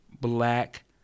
black